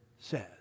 says